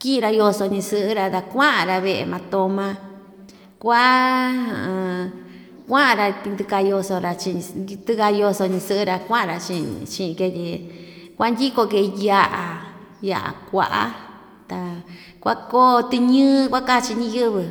Kiꞌi‑ra yoso ñasɨꞌɨ‑ra ta kuaꞌa‑ra veꞌe matoma kua kuaꞌa‑ra ndɨkaa yoso‑ra chii ndɨka yoso ñisɨꞌɨ‑ra kuaꞌan‑ra chiꞌin chiꞌin‑ke tyi kuandɨko‑ke yaꞌa yaꞌa kuaꞌa ta kuakoo tɨñɨɨ kuaka‑chi ñiyɨvɨ